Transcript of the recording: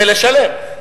ולשלם,